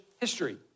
history